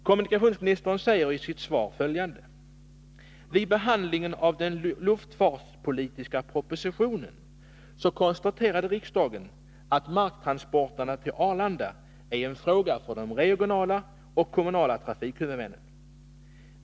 Kommunikationsministern säger i sitt svar följande: ”Vid behandlingen av den luftfartspolitiska propositionen konstaterade riksdagen att marktransporterna till Arlanda är en fråga för de regionala och kommunala trafikhuvudmännen.